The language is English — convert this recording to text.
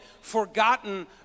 forgotten